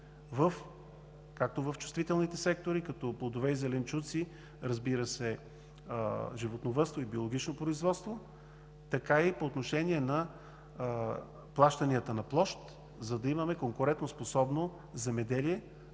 както в чувствителните сектори, като плодове и зеленчуци, разбира се, животновъдство и биологично производство, така и по отношение на плащанията на площ, за да имаме конкурентоспособно земеделие,